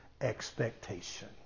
expectation